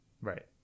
Right